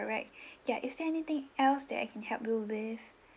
alright ya is there anything else that I can help you with